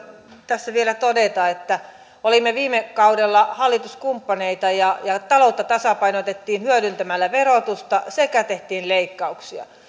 tässä vielä todeta että olimme viime kaudella hallituskumppaneita taloutta tasapainotettiin hyödyntämällä verotusta sekä tehtiin leikkauksia